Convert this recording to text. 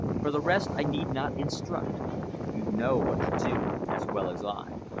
for the rest i need not instruct you know what to do as well as i.